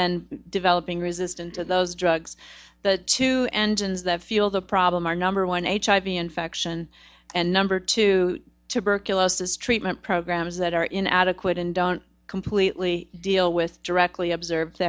then developing resistance of those drugs to engines that fuels the problem our number one h i v infection and number two tuberculosis treatment programs that are in adequate and don't completely deal with directly observed